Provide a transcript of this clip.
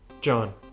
John